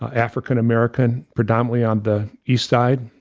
african american predominantly on the east side,